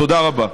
תודה רבה.